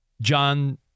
John